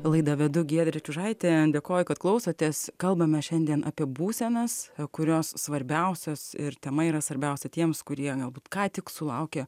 laidą vedu giedrė čiužaitė dėkoja kad klausotės kalbame šiandien apie būsenas kurios svarbiausios ir tema yra svarbiausia tiems kurie galbūt ką tik sulaukė